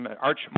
Arch